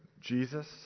Jesus